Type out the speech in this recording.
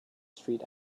street